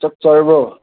ꯆꯥꯛ ꯆꯥꯔꯕꯣ